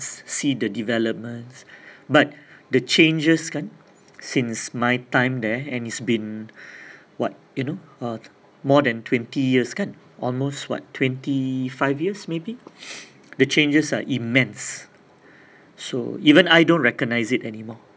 see the developments but the changes kan since my time there and it's been what you know uh more than twenty years kan almost what twenty five years maybe the changes are immense so even I don't recognize it anymore